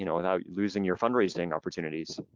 you know without losing your fundraising opportunities.